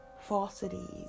falsities